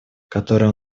которые